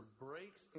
breaks